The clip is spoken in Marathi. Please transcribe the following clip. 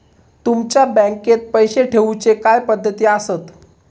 तुमच्या बँकेत पैसे ठेऊचे काय पद्धती आसत?